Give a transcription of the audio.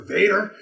Vader